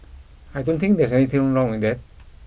I don't think there's anything wrong with that